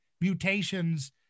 Mutations